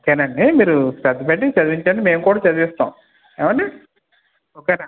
okay అండి మీరు శ్రద్ద పెట్టి చదివించండి మేము కూడా చదివిస్తాం ఏవండి ఓకే అండి